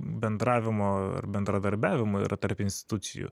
bendravimo ar bendradarbiavimo yra tarp institucijų